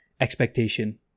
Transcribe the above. expectation